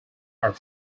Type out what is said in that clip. are